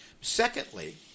Secondly